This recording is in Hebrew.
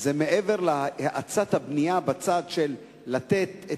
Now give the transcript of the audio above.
מעבר להאצת הבנייה בצד של נתינת